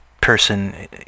person